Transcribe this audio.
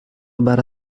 برا